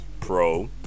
Pro